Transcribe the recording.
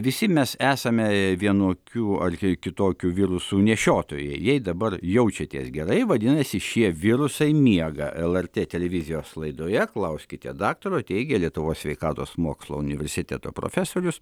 visi mes esame vienokių ar kitokių virusų nešiotojai jei dabar jaučiatės gerai vadinasi šie virusai miega lrt televizijos laidoje klauskite daktaro teigia lietuvos sveikatos mokslų universiteto profesorius